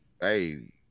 hey